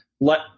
let